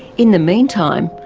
in the meantime,